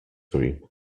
cream